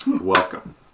Welcome